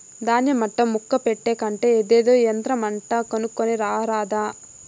దాన్య మట్టా ముక్క పెట్టే కంటే అదేదో యంత్రమంట కొనుక్కోని రారాదా